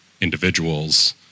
individuals